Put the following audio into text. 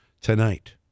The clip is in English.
tonight